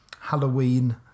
Halloween